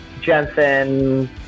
Jensen